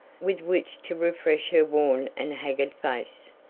with which to refresh her worn and haggard face.